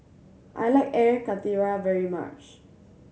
I like Air Karthira very much